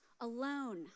alone